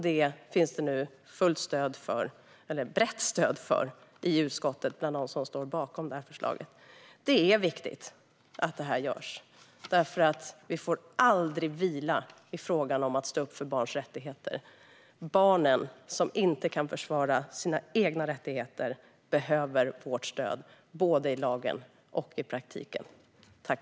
Detta finns det nu brett stöd för i utskottet bland dem som står bakom förslaget. Det är viktigt att detta görs, för vi får aldrig vila när det gäller att stå upp för barns rättigheter. Barn kan inte försvara sina rättigheter, och därför behöver de vårt stöd i både lag och praktik.